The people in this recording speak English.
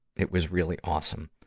it was really awesome.